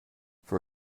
for